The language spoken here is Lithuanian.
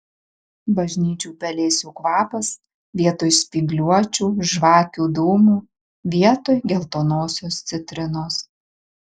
bažnyčių pelėsių kvapas vietoj spygliuočių žvakių dūmų vietoj geltonosios citrinos